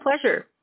pleasure